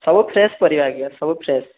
ସବୁ ଫ୍ରେଶ୍ ପରିବା ଆଜ୍ଞା ସବୁ ଫ୍ରେଶ୍